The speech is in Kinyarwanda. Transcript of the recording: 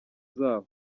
zawo